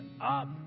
up